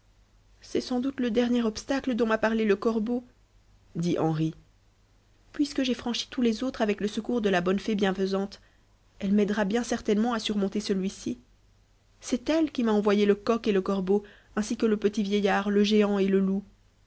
c'est sans doute le dernier obstacle don't m'a parlé le corbeau dît henri puisque j'ai franchi tous les autres avec le secours de la bonne fée bienfaisante elle m'aidera bien certainement à surmonter celui-ci c'est elle qui m'a envoyé le coq et le corbeau ainsi que le petit vieillard le géant et le loup